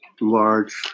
large